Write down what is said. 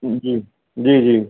जी जी जी